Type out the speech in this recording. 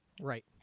right